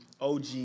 OG